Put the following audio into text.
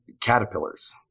caterpillars